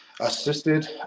assisted